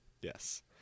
yes